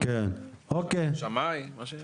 שמאי וכו'.